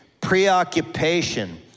preoccupation